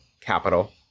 capital